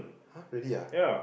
!huh! really ah